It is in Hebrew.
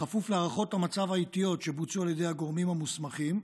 בכפוף להערכות המצב העיתיות שבוצעו על ידי הגורמים המוסמכים,